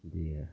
جی